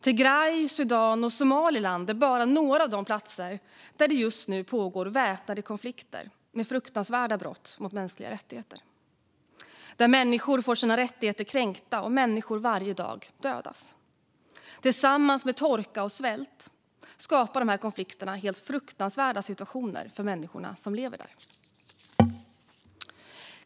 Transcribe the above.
Tigray, Sudan och Somaliland är bara några av de platser där det just nu pågår väpnade konflikter med fruktansvärda brott mot mänskliga rättigheter, där människor får sina rättigheter kränkta och där människor dödas varje dag. Tillsammans med torka och svält skapar de här konflikterna helt fruktansvärda situationer för människorna som lever där.